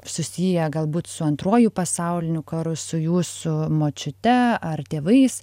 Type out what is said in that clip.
susiję galbūt su antruoju pasauliniu karu su jūsų močiute ar tėvais